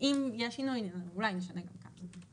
אבל אם יהיה שינוי, אז אולי נשנה גם כאן.